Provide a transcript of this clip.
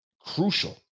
crucial